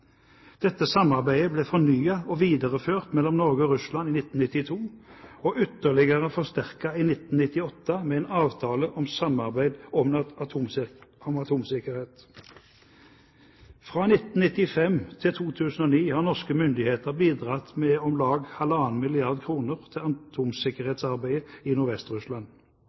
Dette samarbeidet ble fornyet og videreført mellom Norge og Russland i 1992, og ytterligere forsterket i 1998 med en avtale om samarbeid om atomsikkerhet. Fra 1995 til 2009 har norske myndigheter bidratt med om lag 1,5 mrd. kr til atomsikkerhetsarbeidet i